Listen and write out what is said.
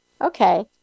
okay